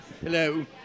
Hello